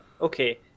okay